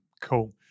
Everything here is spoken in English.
cool